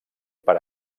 per